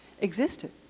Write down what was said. existed